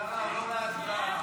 לעבור להצבעה.